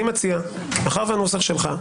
מאחר שהנוסח שלך,